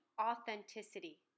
authenticity